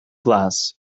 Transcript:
glance